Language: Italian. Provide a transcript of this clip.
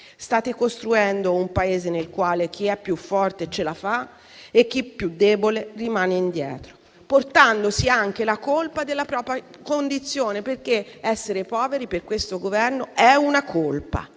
State costruendo un Paese nel quale chi è più forte ce la fa e chi è più debole rimane indietro, portandosi anche la colpa della propria condizione: essere poveri per questo Governo è una colpa.